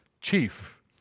chief